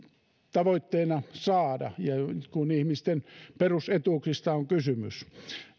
tavoitteena saada kun ihmisten perusetuuksista on kysymys